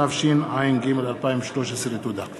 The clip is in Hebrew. התשע"ג 2013. תודה.